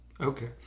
Okay